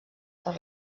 per